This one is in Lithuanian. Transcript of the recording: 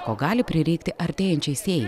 ko gali prireikti artėjančiai sėjai